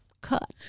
Cut